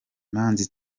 manzi